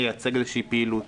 מייצג איזושהי פעילות,